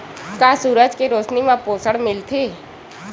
का सूरज के रोशनी म पोषण मिलथे?